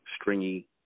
stringy